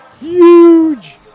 huge